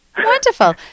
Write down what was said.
wonderful